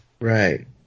Right